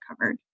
covered